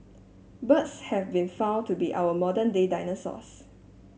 birds have been found to be our modern day dinosaurs